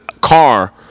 car